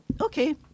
okay